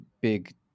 big